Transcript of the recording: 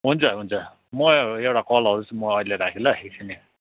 हुन्छ हुन्छ म एउ एउटा कल आउँदैछ म अहिले राखेँ ल एकछिन है